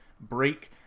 break